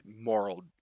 moral